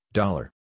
dollar